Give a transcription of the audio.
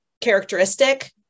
characteristic